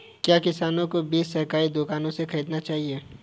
क्या किसानों को बीज सरकारी दुकानों से खरीदना चाहिए?